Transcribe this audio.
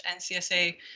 NCSA